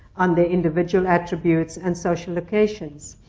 on their individual attributes, and social occasions.